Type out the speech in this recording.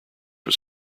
was